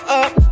up